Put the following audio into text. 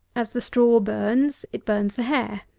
as the straw burns, it burns the hair.